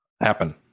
happen